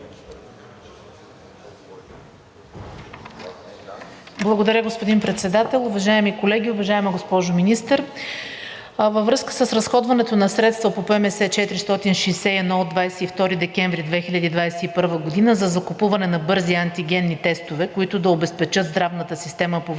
Благодаря, господин Председател. Уважаеми колеги, уважаема госпожо Министър! Във връзка с разходването на средства по ПМС 461 от 22 декември 2021 г. за закупуване на бързи антигенни тестове, които да обезпечат здравната система по време